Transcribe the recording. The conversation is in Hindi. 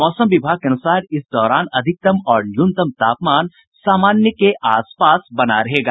मौसम विभाग के अनुसार इस दौरान अधिकतम और न्यूनतम तापमान सामान्य के आस पास बना रहेगा